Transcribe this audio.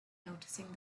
noticing